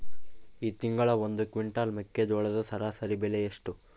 ಈ ತಿಂಗಳ ಒಂದು ಕ್ವಿಂಟಾಲ್ ಮೆಕ್ಕೆಜೋಳದ ಸರಾಸರಿ ಬೆಲೆ ಎಷ್ಟು?